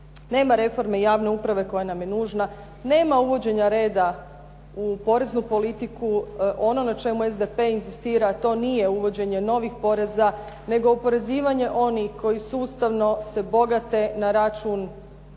nema reforme javne uprave koja nam je nužna, nema uvođenja reda u poreznu politiku. Ono na čemu SDP inzistira, to nije uvođenje novih poreza, nego oporezivanje onih koji sustavno se bogate na račun